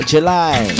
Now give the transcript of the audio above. July